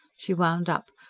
she wound up,